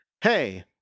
hey